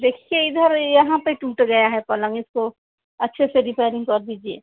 देखिए इधर यहाँ पर टूट गया है पलंग इसको अच्छे से रिपेयरिंग कर दीजिए